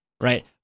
right